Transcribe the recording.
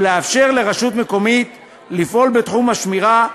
ולאפשר לרשות מקומית לפעול בתחום השמירה,